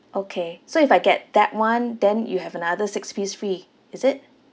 okay so if I get that one then you have another six piece free is it